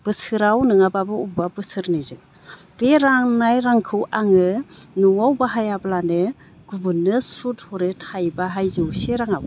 बोसोराव नङाब्लाबो अबेबा बोसोरनिजों बे राननाय रांखौ आङो न'आव बाहायालाबानो गुबुननो सुद हरो थाइबाहाय जौसे राङाव